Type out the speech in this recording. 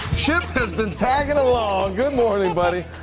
chip has been tagging along. good morning, buddy.